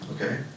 Okay